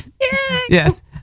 Yes